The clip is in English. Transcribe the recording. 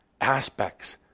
aspects